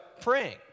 praying